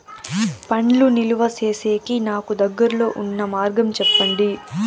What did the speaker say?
పండ్లు నిలువ సేసేకి నాకు దగ్గర్లో ఉన్న మార్గం చెప్పండి?